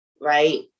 right